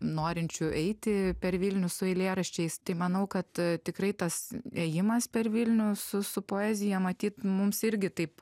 norinčių eiti per vilnių su eilėraščiais tai manau kad tikrai tas ėjimas per vilnių su su poezija matyt mums irgi taip